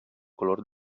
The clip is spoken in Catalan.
color